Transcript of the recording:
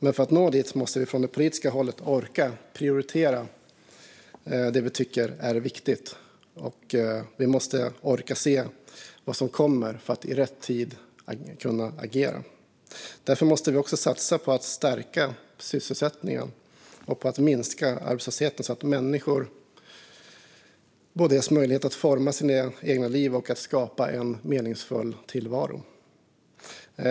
Men för att nå dit måste vi från det politiska hållet orka prioritera det vi tycker är viktigt. Vi måste orka se vad som kommer för att kunna agera i rätt tid. Därför måste vi också satsa på att stärka sysselsättningen och minska arbetslösheten, så att människor ges möjlighet att både forma sina egna liv och skapa en meningsfull tillvaro.